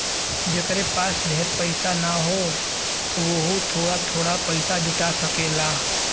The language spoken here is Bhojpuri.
जेकरे पास ढेर पइसा ना हौ वोहू थोड़ा थोड़ा पइसा जुटा सकेला